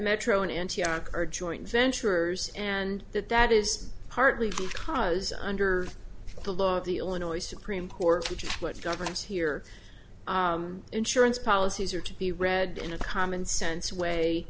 metro in antioch are joint ventures and that that is partly because under the law of the illinois supreme court which is what governs here insurance policies are to be read in a common sense way